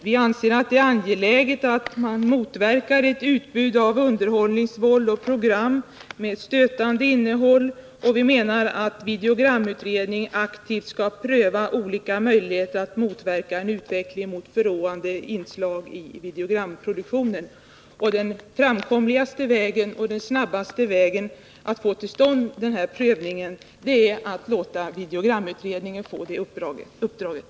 Vi anser att det är angeläget att man motverkar ett utbud av underhållningsvåld och program med stötande innehåll. Och vi menar att videogramutredningen aktivt skall pröva olika möjligheter att motverka en utveckling mot förråande inslag i videogramproduktionen. Den lättast framkomliga vägen och den snabbaste vägen att få till stånd denna prövning är att låta videogramutredningen få uppgiften att göra den.